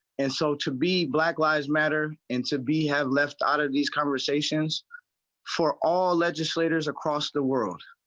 and so to be black lives matter and to be have less started these conversations for all legislators across the world.